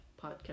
podcast